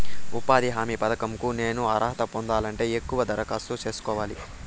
ఉపాధి హామీ పథకం కు నేను అర్హత పొందాలంటే ఎక్కడ దరఖాస్తు సేసుకోవాలి?